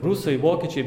rusai vokiečiai